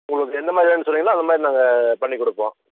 உங்களுக்கு எந்த மாதிரி வேணும்னு சொன்னிங்கன்னா அந்த மாதிரி நாங்கள் பண்ணி கொடுப்போம்